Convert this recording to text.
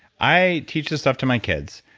i teach this stuff to my kids.